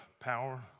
power